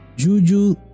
Juju